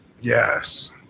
Yes